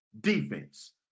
defense